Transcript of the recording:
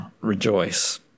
rejoice